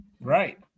Right